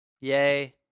yay